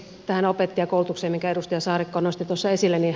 tähän opettajankoulutukseen minkä edustaja saarikko nosti esille